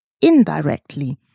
indirectly